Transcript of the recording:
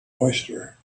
oyster